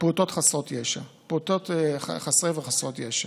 פעוטות חסרות וחסרי ישע.